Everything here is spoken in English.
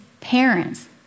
parents